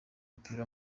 w’umupira